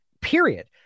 Period